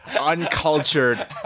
uncultured